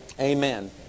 amen